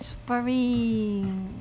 Super Ring